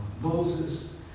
Moses